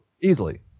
Easily